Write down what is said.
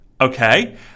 Okay